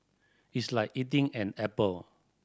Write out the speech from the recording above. it's like eating an apple